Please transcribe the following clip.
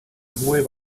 hohe